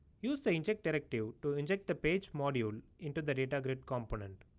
used to inject directive to inject the page module into the data grid component.